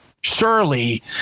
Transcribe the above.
Surely